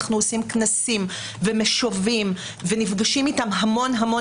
אנחנו עושים כנסים ומשובים ונפגשים איתם המון המון